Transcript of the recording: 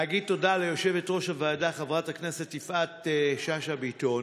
להגיד תודה ליושבת-ראש הוועדה חברת הכנסת יפעת שאשא ביטון,